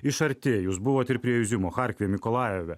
iš arti jūs buvot ir prie juziumo charkive mikolajeve